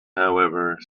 however